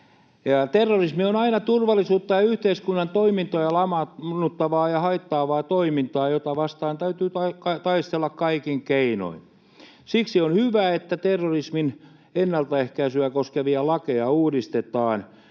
Terrorismi on aina turvallisuutta ja yhteiskunnan toimintoja lamaannuttavaa ja haittaavaa toimintaa, jota vastaan täytyy taistella kaikin keinoin. Siksi on hyvä, että terrorismin ennaltaehkäisyä koskevia lakeja uudistetaan.